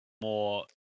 more